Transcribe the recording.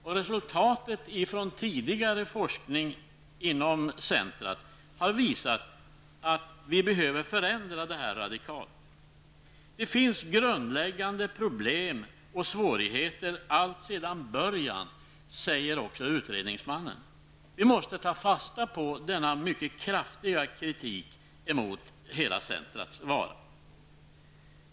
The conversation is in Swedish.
Och resultatet från tidigare forskning inom detta centrum har visat att vi behöver förändra verksamheten radikalt. Det finns grundläggande problem och svårigheter alltsedan början, säger också utredningsmannen. Vi måste ta fasta på denna mycket kraftiga kritik mot hela detta centrums vara.